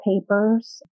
papers